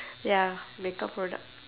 ya makeup product